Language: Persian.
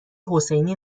حسینی